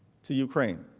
to ukraine.